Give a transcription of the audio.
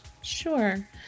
Sure